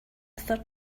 third